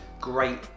great